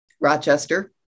Rochester